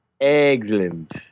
Excellent